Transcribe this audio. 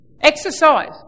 Exercise